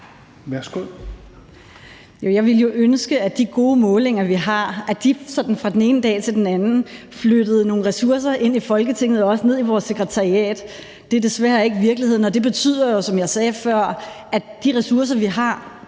Jeg ville jo ønske, at de gode målinger, vi har, sådan fra den ene dag til den anden gjorde, at der blev flyttet nogle ressourcer ind i Folketinget og også ned i vores sekretariat. Det er desværre ikke virkeligheden, og det betyder, som jeg sagde før, noget for de ressourcer, vi har